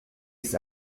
است